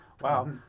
Wow